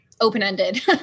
open-ended